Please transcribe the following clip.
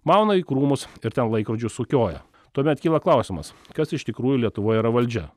mauna į krūmus ir ten laikrodžius sukioja tuomet kyla klausimas kas iš tikrųjų lietuvoje yra valdžia